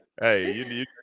hey